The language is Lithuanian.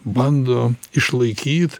bando išlaikyt